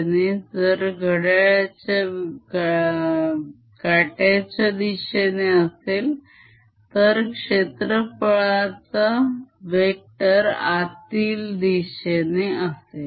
जर विद्युत्प्रवाह घड्याळाच्या काट्याच्या दिशेने असेल तर क्षेत्राफळाचा वेक्टर आतील दिशेने असेल